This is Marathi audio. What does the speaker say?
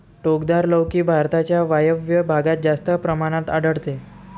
टोकदार लौकी भारताच्या वायव्य भागात जास्त प्रमाणात आढळते